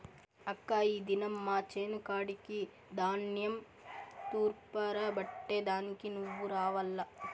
అక్కా ఈ దినం మా చేను కాడికి ధాన్యం తూర్పారబట్టే దానికి నువ్వు రావాల్ల